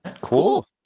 Cool